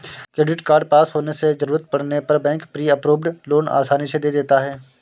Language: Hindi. क्रेडिट कार्ड पास होने से जरूरत पड़ने पर बैंक प्री अप्रूव्ड लोन आसानी से दे देता है